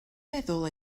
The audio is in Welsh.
meddwl